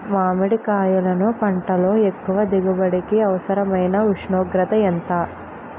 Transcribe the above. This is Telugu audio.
మామిడికాయలును పంటలో ఎక్కువ దిగుబడికి అవసరమైన ఉష్ణోగ్రత ఎంత?